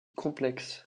complexe